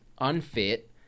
unfit